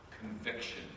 conviction